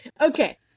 Okay